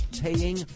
paying